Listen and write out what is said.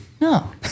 No